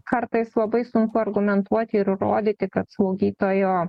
kartais labai sunku argumentuoti ir įrodyti kad slaugytojo